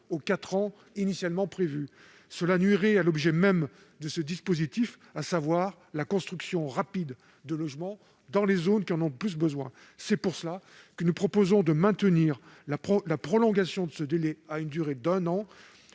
aux quatre ans initialement prévus, ce qui nuirait à l'objet même de ce dispositif, à savoir la construction rapide de logements dans les zones qui en ont le plus besoin. Pour ces raisons, nous proposons de maintenir la prolongation du délai d'un an